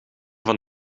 van